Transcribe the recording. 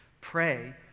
Pray